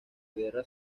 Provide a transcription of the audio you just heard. guerra